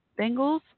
Bengals